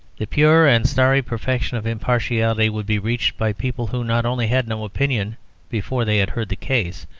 the pure and starry perfection of impartiality would be reached by people who not only had no opinion before they had heard the case,